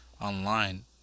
online